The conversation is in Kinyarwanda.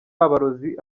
abarozi